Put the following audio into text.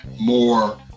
more